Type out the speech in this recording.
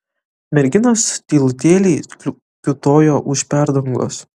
merginos tylutėliai kiūtojo už perdangos